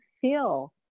feel